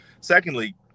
Secondly